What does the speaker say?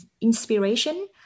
inspiration